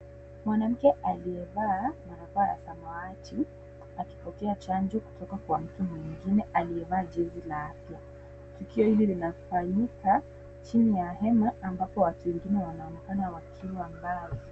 Mwanamke aliyevaa barakoa ya samawati, akipokea chanjo kutoka kwa mke mwengine aliyevaa jezi la afya. Tukio hili linafanyika chini ya hema ambapo watu wengine wanaonekana wakiwa mbali.